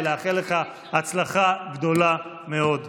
לאחל לך הצלחה גדולה מאוד.